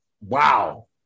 Wow